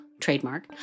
trademark